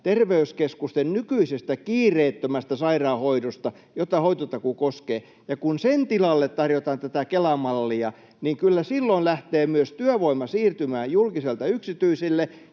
terveyskeskusten nykyisestä kiireettömästä sairaanhoidosta, jota hoitotakuu koskee. Ja kun sen tilalle tarjotaan tätä Kela-mallia, niin kyllä silloin lähtee myös työvoima siirtymään julkiselta yksityisille